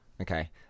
Okay